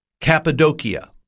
Cappadocia